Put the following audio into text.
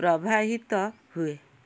ପ୍ରବାହିତ ହୁଏ